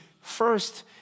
first